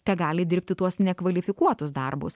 tegali dirbti tuos nekvalifikuotus darbus